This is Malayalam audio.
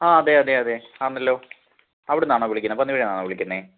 ആ അതെ അതെ അതെ അണല്ലോ അവിടുന്നാണോ വിളിക്കുന്നത് പന്നിയൂരിൽ നിന്നാണോ വിളിക്കുന്നത്